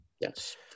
Yes